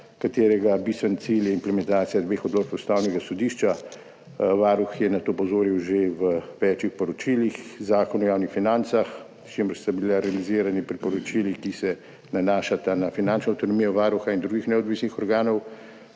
katerega bistven cilj je implementacija dveh odločb Ustavnega sodišča, Varuh je na to opozoril že v več poročilih, Zakon o javnih financah, s čimer sta bili realizirani priporočili, ki se nanašata na finančno avtonomijo Varuha in drugih neodvisnih organov.